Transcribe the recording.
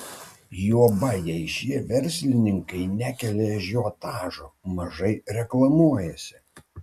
juoba jei šie verslininkai nekelia ažiotažo mažai reklamuojasi